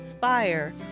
fire